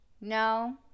No